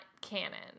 canon